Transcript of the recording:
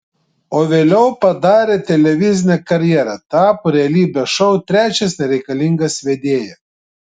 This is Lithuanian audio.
o vėliau padarė televizinę karjerą tapo realybės šou trečias nereikalingas vedėja